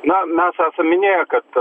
na mes esame minėję kad